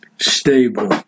stable